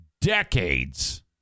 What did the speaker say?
decades